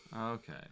Okay